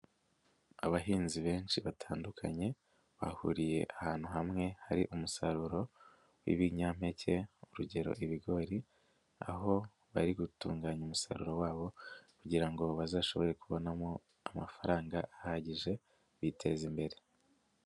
Abahinzi benshi batandukanye, bahuriye ahantu hamwe hari umusaruro w'ibinyampeke urugero ibigori, aho bari gutunganya umusaruro wabo kugira ngo bazashobore kubonamo amafaranga ahagije, biteze imbere.